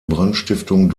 brandstiftung